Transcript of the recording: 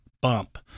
bump